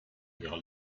ihrer